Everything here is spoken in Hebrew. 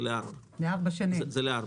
לא בדירות אלא בבנייה לקשישים זה לארבע שנים.